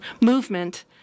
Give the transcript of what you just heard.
movement